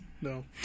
No